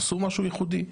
עשו משהו ייחודי,